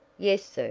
yes, sir,